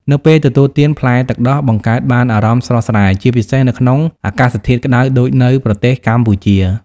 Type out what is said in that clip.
នៅពេលទទួលទាន ផ្លែទឹកដោះបង្កើតបានអារម្មណ៍ស្រស់ស្រាយ ជាពិសេសនៅក្នុងអាកាសធាតុក្តៅដូចនៅប្រទេសកម្ពុជា។